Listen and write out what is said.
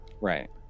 Right